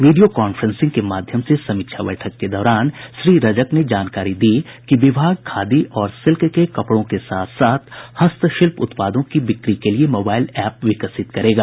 video conferencing के माध्यम से समीक्षा बैठक के दौरान श्री रजक ने जानकारी दी कि विभाग खादी और सिल्क के कपड़ों के साथ साथ हस्तशिल्प उत्पादों की बिक्री के लिये मोबाइल एप विकसित करेगा